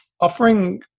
offering